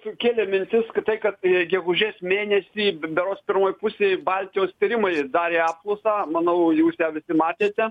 kėlė mintis tai kad gegužės mėnesį berods pirmoj pusėj baltijos tyrimai ir darė apklausą manau jūs visi matėte